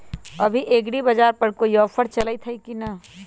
अभी एग्रीबाजार पर कोई ऑफर चलतई हई की न?